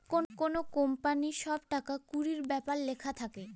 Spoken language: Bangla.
কোনো কোম্পানির সব টাকা কুড়ির ব্যাপার লেখা থাকে